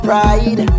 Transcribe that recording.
Pride